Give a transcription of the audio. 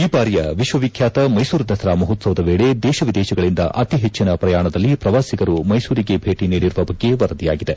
ಈ ಬಾರಿಯ ವಿಶ್ವ ವಿಖ್ಯಾತ ಮೈಸೂರು ದಸರಾ ಮಹೋತ್ಸವ ವೇಳೆ ದೇಶ ವಿದೇಶಗಳಿಂದ ಅತಿ ಹೆಚ್ಚಿನ ಪ್ರಮಾಣದಲ್ಲಿ ಪ್ರವಾಸಿಗರು ಮೈಸೂರಿಗೆ ಭೇಟಿ ನೀಡಿರುವ ಬಗ್ಗೆ ವರದಿಯಾಗಿದೆ